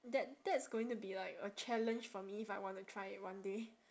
that that's going to be like a challenge for me if I want to try it one day